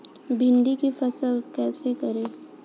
भिंडी की फसल कैसे करें?